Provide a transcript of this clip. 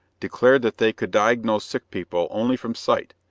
declared that they could diagnose sick people only from sight,